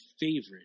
favorite